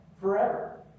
forever